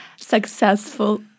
successful